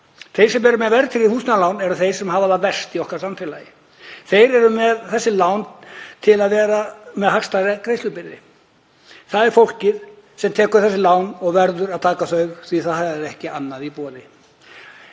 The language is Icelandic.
Þeir sem eru með verðtryggð húsnæðislán eru þeir sem hafa það verst í okkar samfélagi. Þeir eru með þessi lán vegna hagstæðrar greiðslubyrðar. Það er fólkið sem tekur þessi lán og verður að taka þau því að ekki er annað í boði.